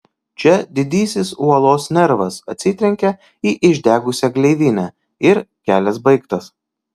čia didysis uolos nervas atsitrenkia į išdegusią gleivinę ir kelias baigtas